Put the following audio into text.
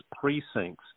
precincts